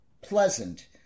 pleasant